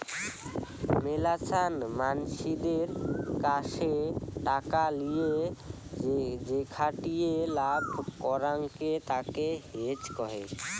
মেলাছান মানসিদের কাসে টাকা লিয়ে যেখাটিয়ে লাভ করাঙকে তাকে হেজ কহে